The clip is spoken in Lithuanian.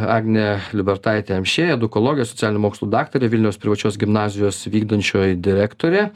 agnė liubertaitė amšiejė edukologė socialinių mokslų daktarė vilniaus privačios gimnazijos vykdančioji direktorė